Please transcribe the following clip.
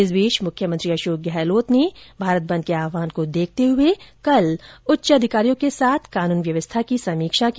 इस बीच मुख्यमंत्री अशोक गहलोत ने भारत बंद के आह्वान को देखते हुए उच्च अधिकारियों के साथ कानून व्यवस्था की समीक्षा की